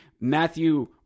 Matthew